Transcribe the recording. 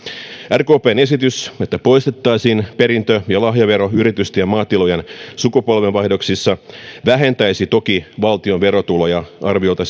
rkpn esitys että poistettaisiin perintö ja lahjavero yritysten ja maatilojen sukupolvenvaihdoksissa vähentäisi toki valtion verotuloja arviolta